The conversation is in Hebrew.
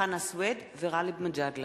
חנא סוייד וגאלב מג'אדלה.